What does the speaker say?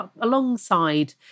alongside